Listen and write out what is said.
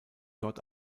dort